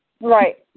Right